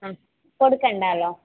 ഉം കൊടുക്കുന്നുണ്ടല്ലോ